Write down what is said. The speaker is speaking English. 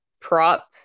prop